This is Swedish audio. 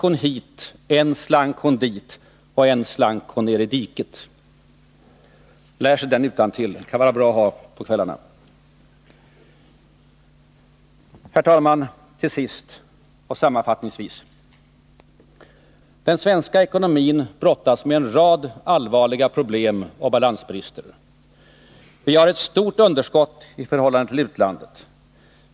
och än slank hon ner i diket.” Lär er den utantill — den kan vara bra att ha på kvällarna! Herr talman! Till sist och sammanfattningsvis: Den svenska ekonomin brottas med en rad allvarliga problem och balansbrister. Vi har ett stort underskott i förhållande till utlandet.